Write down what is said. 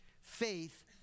Faith